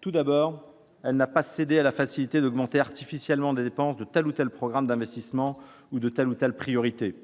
Tout d'abord, elle n'a pas cédé à la facilité consistant à augmenter artificiellement les dépenses de tel ou tel programme d'investissement ou de telle ou telle priorité.